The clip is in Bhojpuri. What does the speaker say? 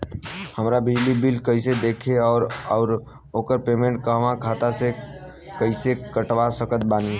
हमार बिजली बिल कईसे देखेमऔर आउर ओकर पेमेंट हमरा खाता से कईसे कटवा सकत बानी?